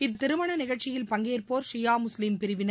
இந்த திருமண நிகழ்ச்சியில் பங்கேற்போர் ஷியா முஸ்லீம் பிரிவினர்